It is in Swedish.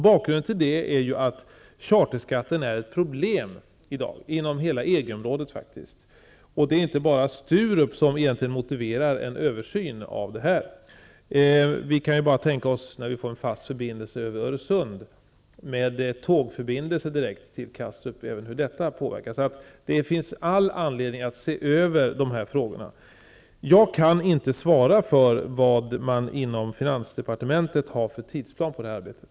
Bakgrunden till detta är att charterskatten faktiskt är ett problem i dag inom hela EG-området. Det är inte bara situationen för Sturup som motiverar en översyn. Vi kan bara tänka oss, när vi får en fast förbindelse över Öresund med tågförbindelse direkt till Kastrup, hur detta påverkas. Det finns alltså all anledning att se över frågorna. Jag kan inte ge besked om vilken tidsplan inom finansdepartementet har för arbetet.